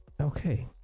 Okay